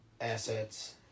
assets